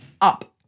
up